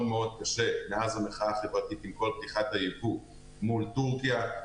מאוד קשה מאז המחאה החברתית עם כל פתיחת הייבוא מול טורקיה,